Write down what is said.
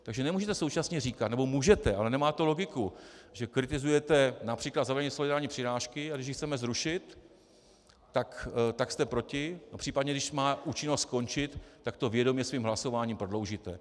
Takže nemůžete současně říkat, nebo můžete, ale nemá to logiku, že kritizujete například zavedení solidární přirážky, a když ji chceme zrušit, tak jste proti, a případně když má účinnost končit, tak to vědomě svým hlasováním prodloužíte.